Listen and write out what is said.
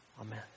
Amen